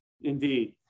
indeed